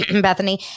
Bethany